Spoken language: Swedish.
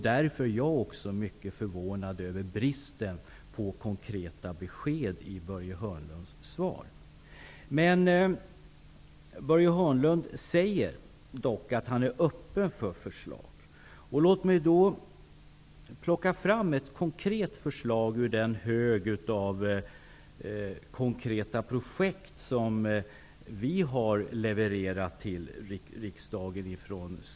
Därför är jag mycket förvånad över bristen på konkreta besked i Börje Hörnlunds svar. Börje Hörnlund säger dock att han är öppen för förslag. Låt mig då plocka fram ett konkret förslag ur den hög av konkreta projekt som vi socialdemokrater har levererat till riksdagen.